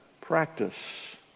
practice